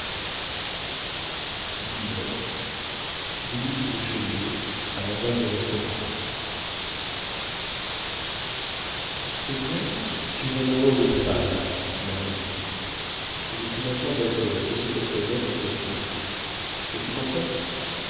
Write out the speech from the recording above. madame de l'estorade eh bien tu es un amour de femme ma renée et je suis maintenant d'accord que c'est être honnête que de tromper es-tu contente